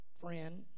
friend